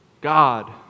God